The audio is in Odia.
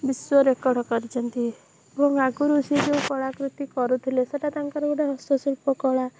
ବିଶ୍ୱ ରେକର୍ଡ଼ କରିଛନ୍ତି ଏବଂ ଆଗରୁ ସେ ଯୋଉ କଳାକୃତି କରୁଥିଲେ ସେଟା ତାଙ୍କର ଗୋଟେ ହସ୍ତଶିଳ୍ପ କଳା